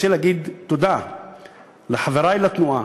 רוצה להגיד תודה לחברי לתנועה,